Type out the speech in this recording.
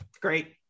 Great